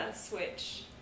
switch